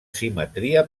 simetria